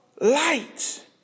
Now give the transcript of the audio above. light